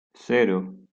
cero